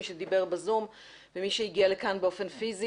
מי שדיבר בזום ומי שהגיע לכאן באופן פיזי